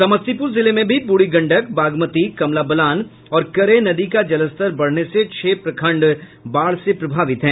समस्तीपुर जिले में भी बूढ़ी गंडक बागमती कमला बलान और करेह नदी का जलस्तर बढ़ने से छह प्रखंड बाढ़ से प्रभावित हैं